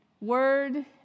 word